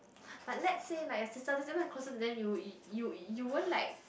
but let's say like closer to them you you you won't like